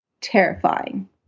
terrifying